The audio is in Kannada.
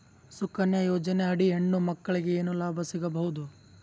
ಸುಕನ್ಯಾ ಯೋಜನೆ ಅಡಿ ಹೆಣ್ಣು ಮಕ್ಕಳಿಗೆ ಏನ ಲಾಭ ಸಿಗಬಹುದು?